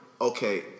okay